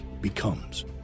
becomes